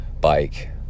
bike